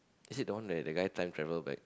is it the one the the guy time travel by